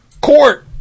court